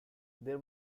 there